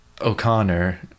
O'Connor